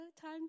time